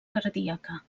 cardíaca